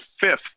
fifth